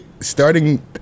Starting